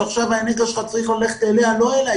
שעכשיו האנרגיה שלך צריכה ללכת אליה ולא אלי,